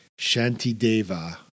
Shantideva